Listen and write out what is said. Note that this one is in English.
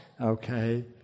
okay